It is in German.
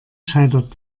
scheitert